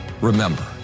Remember